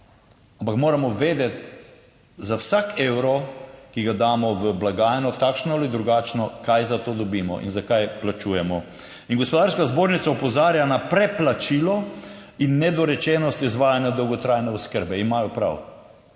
Ampak moramo vedeti za vsak evro, ki ga damo v blagajno, takšno ali drugačno, kaj za to dobimo in zakaj plačujemo. In Gospodarska zbornica opozarja na preplačilo in nedorečenost izvajanja dolgotrajne oskrbe. Imajo prav,